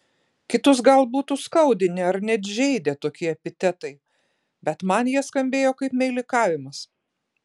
kitus gal būtų skaudinę ar net žeidę tokie epitetai bet man jie skambėjo kaip meilikavimas